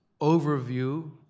overview